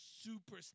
super